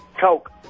Coke